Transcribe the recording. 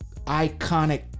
iconic